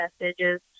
messages